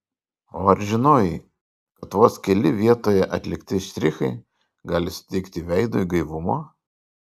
o ar žinojai kad vos keli vietoje atlikti štrichai gali suteikti veidui gaivumo